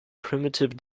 primitive